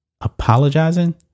apologizing